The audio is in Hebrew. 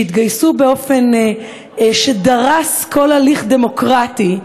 שהתגייסו באופן שדרס כל הליך דמוקרטי,